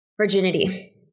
virginity